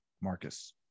Marcus